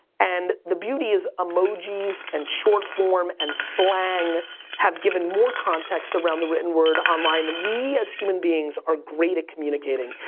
and the beauty is emojis and short form and slang have given more context around the written word online. we, as human beings, are great at communicating.